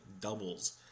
doubles